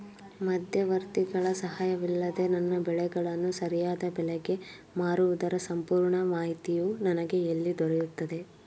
ಮಧ್ಯವರ್ತಿಗಳ ಸಹಾಯವಿಲ್ಲದೆ ನನ್ನ ಬೆಳೆಗಳನ್ನು ಸರಿಯಾದ ಬೆಲೆಗೆ ಮಾರುವುದರ ಸಂಪೂರ್ಣ ಮಾಹಿತಿಯು ನನಗೆ ಎಲ್ಲಿ ದೊರೆಯುತ್ತದೆ?